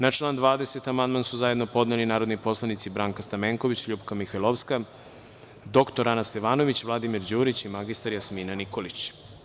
Na član 20. amandman su zajedno podneli narodni poslanici Branka Stamenković, LJupka Mihajlovska, dr Ana Stevanović, Vladimir Đurić i mr Jasmina Nikolić.